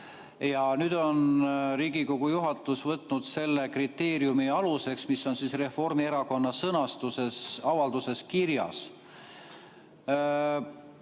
Nüüd on Riigikogu juhatus võtnud selle kriteeriumi aluseks, mis on Reformierakonna sõnastuses avalduses kirjas.